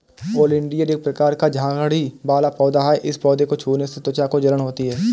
oleander एक प्रकार का झाड़ी वाला पौधा है इस पौधे को छूने से त्वचा में जलन होती है